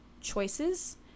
choices